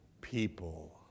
people